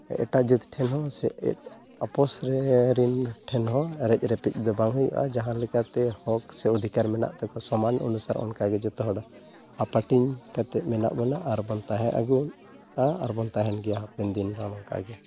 ᱮᱴᱟᱜ ᱡᱟᱹᱛ ᱴᱷᱮᱱ ᱦᱚᱸ ᱥᱮ ᱟᱯᱚᱥ ᱨᱮᱱ ᱴᱷᱮᱱ ᱦᱚᱸ ᱨᱮᱡᱼᱨᱮᱯᱮᱡ ᱫᱚ ᱵᱟᱝ ᱦᱩᱭᱩᱜᱼᱟ ᱡᱟᱦᱟᱸ ᱞᱮᱠᱟᱛᱮ ᱦᱚᱸᱠ ᱥᱮ ᱚᱫᱷᱤᱠᱟᱨ ᱢᱮᱱᱟᱜ ᱛᱟᱠᱚᱣᱟ ᱥᱟᱢᱟᱱ ᱩᱱᱤ ᱥᱟᱜ ᱚᱱᱠᱟᱜᱮ ᱡᱚᱛᱚᱦᱚᱲ ᱦᱟᱹᱯᱟᱹᱴᱤᱧ ᱠᱟᱛᱮᱫ ᱢᱮᱱᱟᱜ ᱵᱚᱱᱟ ᱟᱨ ᱵᱚᱱ ᱛᱟᱦᱮᱸ ᱟᱹᱜᱩ ᱟᱠᱟᱱᱟ ᱟᱨᱵᱚᱱ ᱛᱟᱦᱮᱱ ᱜᱮᱭᱟ ᱦᱟᱯᱮᱱ ᱫᱤᱱ ᱦᱚᱸ ᱚᱱᱠᱟᱜᱮ